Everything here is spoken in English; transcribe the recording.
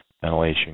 ventilation